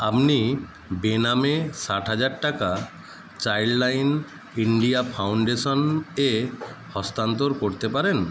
আপনি বেনামে ষাট হাজার টাকা চাইল্ডলাইন ইন্ডিয়া ফাউন্ডেশনে হস্তান্তর করতে পারেন